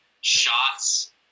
shots